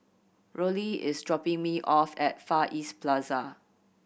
Rollie is dropping me off at Far East Plaza